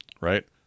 right